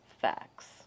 Facts